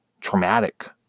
traumatic